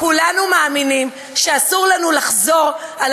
כולנו מאמינים שאסור לנו לחזור על